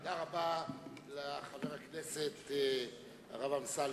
תודה רבה לחבר הכנסת הרב אמסלם.